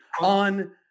on